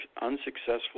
unsuccessful